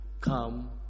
come